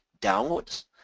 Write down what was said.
downwards